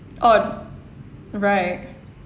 oh right